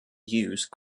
use